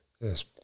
Yes